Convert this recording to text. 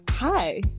Hi